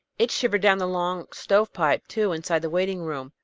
it shivered down the long stovepipe, too, inside the waiting-room.